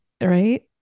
Right